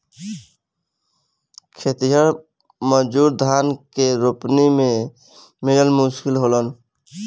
खेतिहर मजूर धान के रोपनी में मिलल मुश्किल होलन